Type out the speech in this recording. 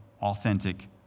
authentic